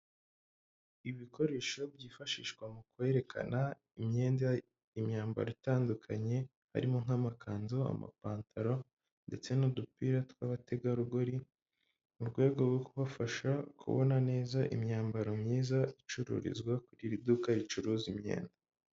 Ibikoresho byifashishwa mu kwerekana imyenda, imyambaro itandukanye, harimo nk'amakanzu, amapantaro ndetse n'udupira tw'abategarugori, mu rwego rwo kubafasha, kubona neza imyambaro myiza, icururizwa kugira iduka ricuruza imyenda.